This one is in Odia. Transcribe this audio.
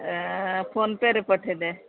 ଫୋନ୍ ପେରେ ପଠେଇବେ